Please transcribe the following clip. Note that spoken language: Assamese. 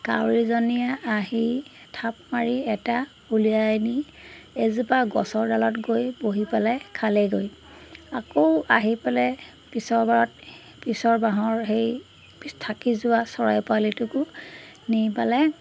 কাউৰীজনীয়ে আহি থাপ মাৰি এটা উলিয়াই নি এজোপা গছৰডালত গৈ বহি পেলাই খালেগৈ আকৌ আহি পেলাই পিছৰ বাৰত পিছৰ বাঁহৰ সেই থাকি যোৱা চৰাই পোৱালিটোকো নি পেলাই